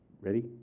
Ready